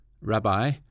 Rabbi